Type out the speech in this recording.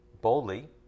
boldly